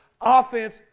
Offense